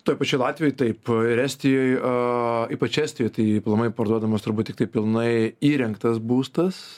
toj pačioj latvijoj taip ir estijoj a ypač estijoj tai aplamai parduodamas turbūt tiktai pilnai įrengtas būstas